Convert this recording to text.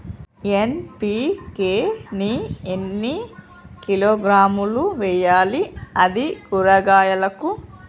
NPK ని ఎన్ని కిలోగ్రాములు వెయ్యాలి? అది కూరగాయలకు?